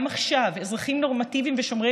גם עכשיו אזרחים נורמטיביים ושומרי